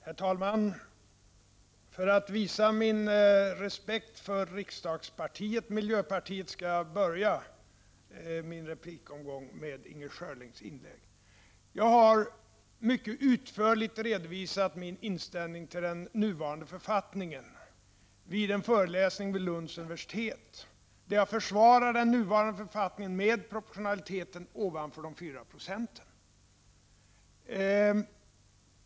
Herr talman! För att visa min respekt för riksdagspartiet miljöpartiet skall jag börja min replikomgång med att bemöta Inger Schörlings inlägg. Jag har mycket utförligt redovisat min inställning till den nuvarande författningen vid en föreläsning vid Lunds universitet. Då försvarade jag den nuvarande författningen med proportionaliteten ovanför de 4 90.